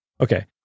okay